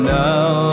now